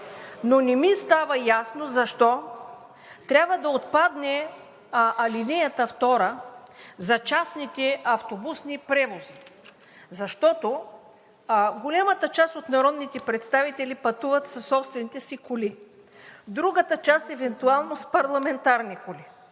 но не ми става ясно защо трябва да отпадне ал. 2 за частните автобусни превози? Защото голямата част от народните представители пътуват със собствените си коли, другата част евентуално с парламентарни коли.